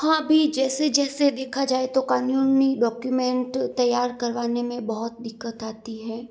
हाँ अभी जैसे जैसे देखा जाए तो कानूनी डॉक्यूमेंट तैयार करवाने में बहुत दिक्कत आती है